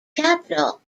capital